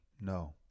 no